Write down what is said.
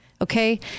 Okay